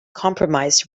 compromised